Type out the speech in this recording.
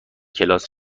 کلاس